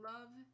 Love